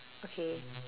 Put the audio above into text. okay